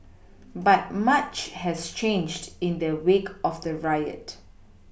but much has changed in the wake of the riot